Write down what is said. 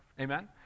Amen